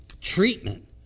treatment